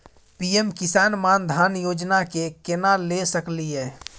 PM Kisan Maan Dhan Yojana के केना ले सकलिए?